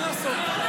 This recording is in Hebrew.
מה לעשות,